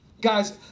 Guys